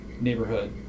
neighborhood